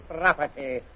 property